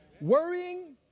Worrying